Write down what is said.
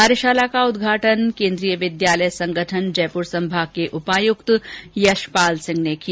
कार्यशाला का उदघाटन केंद्रीय विद्यालय संगठन जयपुर संभाग के उपायुक्त यशपाल सिंह ने किया